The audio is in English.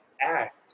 act